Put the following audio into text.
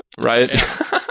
Right